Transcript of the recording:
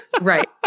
Right